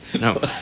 No